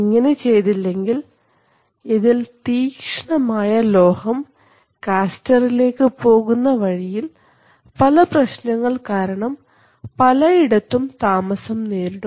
ഇങ്ങനെ ചെയ്തില്ലെങ്കിൽ ഇതിൽ തീക്ഷ്ണമായ ലോഹം കാസ്റ്റർലേക്ക് പോകുന്ന വഴിയിൽ പല പ്രശ്നങ്ങൾ കാരണം പലയിടത്തും താമസം നേരിടും